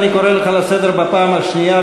אני קורא אותך לסדר בפעם השנייה,